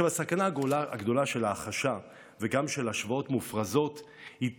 הסכנה הגדולה של ההכחשה וגם של השוואות מופרזות היא טריוויאליזציה,